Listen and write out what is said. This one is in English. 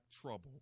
trouble